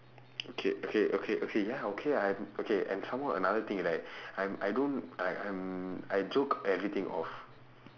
okay okay okay okay ya okay I am okay and some more another thing is like I'm I don't like I'm I joke everything off